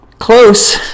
Close